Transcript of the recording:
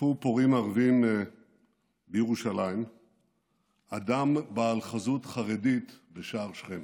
תקפו פורעים ערבים בירושלים אדם בעל חזות חרדית בשער שכם.